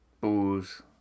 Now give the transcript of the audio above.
booze